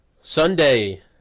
Sunday